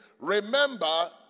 remember